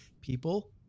people